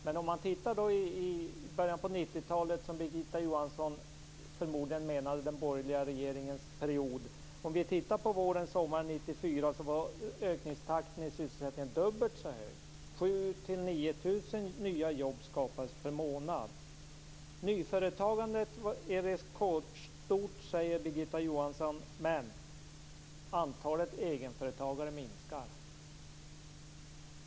Men om man ser till början av 90-talet - Birgitta Johansson menade förmodligen den borgerliga regeringens period - var ökningstakten i sysselsättningen under våren och sommaren 1994 dubbelt så hög. Nyföretagandet är rekordstort, säger Birgitta Johansson, men antalet egenföretagare minskar.